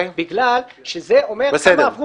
בגלל שזה אומר כמה עברו